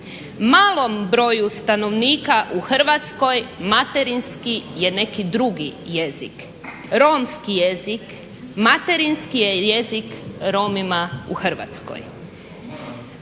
Malom broju stanovnika u Hrvatskoj materinski je neki drugi jezik. Romski jezik, materinski jezik je Romima u Hrvatskoj.